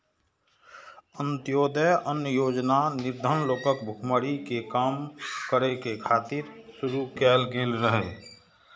अंत्योदय अन्न योजना निर्धन लोकक भुखमरी कें कम करै खातिर शुरू कैल गेल रहै